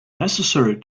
necessary